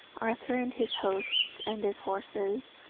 arthur and his hosts, and his horses,